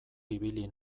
ibili